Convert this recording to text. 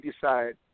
decide